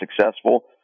successful